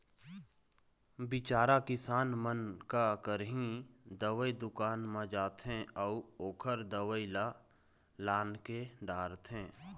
बिचारा किसान मन का करही, दवई दुकान म जाथे अउ ओखर दवई ल लानके डारथे